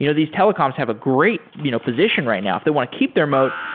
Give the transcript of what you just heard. you know these telecoms have a great you know position right now. if they want to keep their moat,